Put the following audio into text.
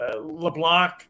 LeBlanc